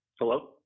Hello